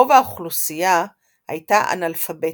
רוב האוכלוסייה הייתה אנאלפביתית.